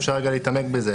אפשר רגע להתעמק בזה.